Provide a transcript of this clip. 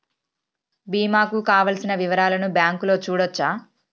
బీమా కు కావలసిన వివరాలను బ్యాంకులో చూడొచ్చా?